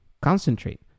concentrate